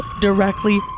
directly